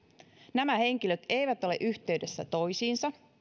nämä henkilöt eivät ole yhteydessä toisiinsa